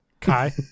Kai